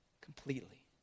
completely